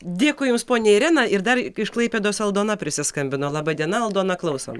dėkui jums ponia irena ir dar iš klaipėdos aldona prisiskambino laba diena aldona klausom